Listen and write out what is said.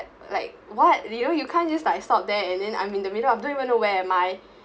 like what you know you can't like just stop there and then I'm in the middle of don't even know where am I